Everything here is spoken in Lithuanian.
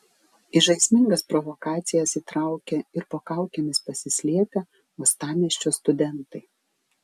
į žaismingas provokacijas įtraukė ir po kaukėmis pasislėpę uostamiesčio studentai